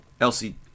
elsie